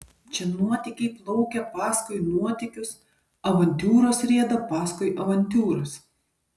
čia nuotykiai plaukia paskui nuotykius avantiūros rieda paskui avantiūras